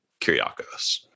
Kyriakos